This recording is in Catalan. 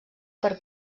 per